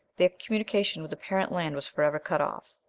their communication with the parent land was forever cut off.